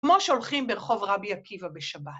‫כמו שהולכים ברחוב רבי עקיבא בשבת.